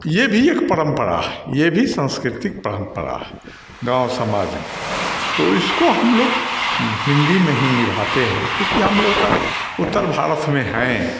यह भी एक परम्परा है यह भी साँस्कृतिक परम्परा है गाँव समाज में तो उसको हमलोग हिन्दी में ही निभाते हैं क्योंकि हमलोग का उत्तर भारत में हैं